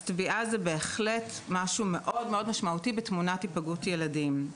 טביעה זה בהחלט משהו מאוד-מאוד משמעותי בתמונת היפגעות ילדים.